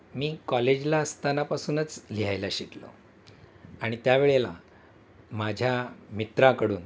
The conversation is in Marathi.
मी कॉलेजला असताना पासूनच लिहायला शिकलो आणि त्यावेळेला माझ्या मित्राकडून